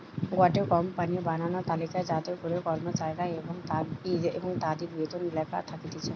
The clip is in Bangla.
গটে কোম্পানির বানানো তালিকা যাতে করে কর্মচারী এবং তাদির বেতন লেখা থাকতিছে